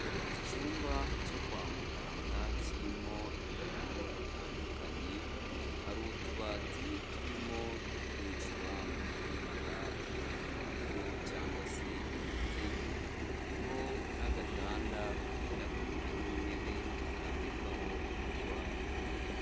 Icyumba cyo kwa muganga kirimo ibintu bitandukanye, hari utubati turimo dukoreshwa mu kubika impapuro cyangwa se imiti, hariho n'agatanda kenda kumera nk'intebe barambikaho umurwayi.